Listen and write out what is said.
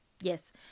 yes